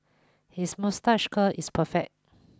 his moustache curl is perfect